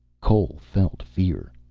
cole felt fear.